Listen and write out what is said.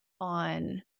on